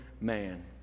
man